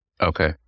okay